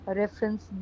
reference